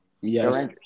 Yes